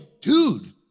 dude